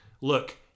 look